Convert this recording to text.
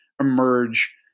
emerge